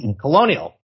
Colonial